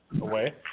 away